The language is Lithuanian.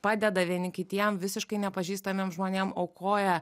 padeda vieni kitiem visiškai nepažįstamiem žmonėm aukoja